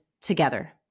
together